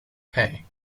pay